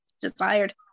desired